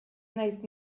naiz